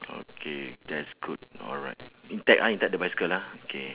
okay that's good alright intact ah intact the bicycle ah K